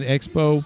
Expo